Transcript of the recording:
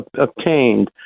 obtained